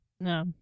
No